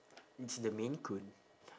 it's the maine coon